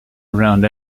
around